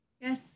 Yes